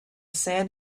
sand